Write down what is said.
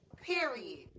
Period